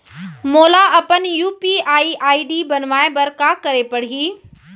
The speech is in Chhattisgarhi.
मोला अपन यू.पी.आई आई.डी बनाए बर का करे पड़ही?